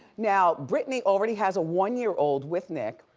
now brittany already has a one-year old with nick,